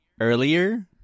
earlier